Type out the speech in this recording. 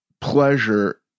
pleasure